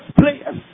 players